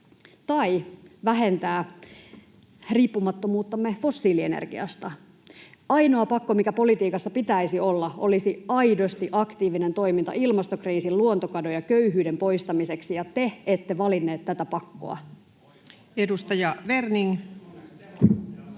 tai vähentää riippumattomuuttamme fossiilienergiasta. Ainoa pakko, mikä politiikassa pitäisi olla, olisi aidosti aktiivinen toiminta ilmastokriisin, luontokadon ja köyhyyden poistamiseksi, ja te ette valinneet tätä pakkoa. [Speech